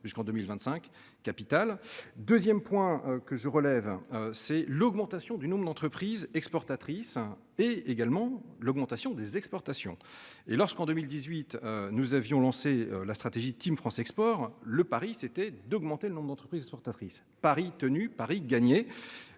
jusqu'en 2025. Capital 2ème point que je relève, c'est l'augmentation du nombre d'entreprises exportatrices est également l'augmentation des exportations et lorsqu'en 2018, nous avions lancé la stratégie Team France Export, le pari, c'était d'augmenter le nombre d'entreprises exportatrices, pari tenu, pari gagné.